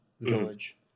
village